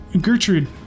Gertrude